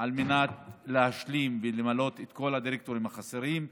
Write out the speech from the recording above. על מנת להשלים ולמלא את כל הדירקטוריונים החסרים.